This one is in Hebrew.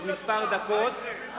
בעוד כמה דקות,